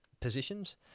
positions